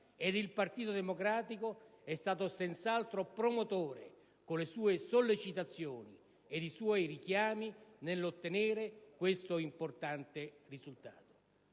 e il Partito Democratico è stato senz'altro promotore con le sue sollecitazioni e i suoi richiami nell'ottenere questo importante risultato.